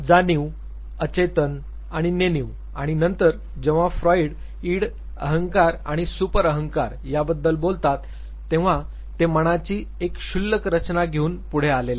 जाणीव अचेतन आणि नेणीव आणि नंतर जेव्हा फ्रॉइड इड अहंकार आणि सुपर अहंकार याबद्दल बोलतात तेव्हा ते मनाची एक क्षुल्लक रचना घेऊन पुढे आलेले आहेत